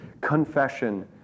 confession